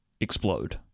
explode